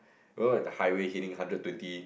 you know that the highway heading hundred twenty